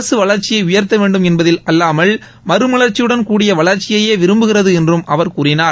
அரசு வளர்ச்சியை உயர்த்த வேண்டும் என்பதில் அல்லாமல் மறுமலர்ச்சியுடன் கூடிய வளர்ச்சியையே விரும்புகிறது என்றும் அவர் கூறினார்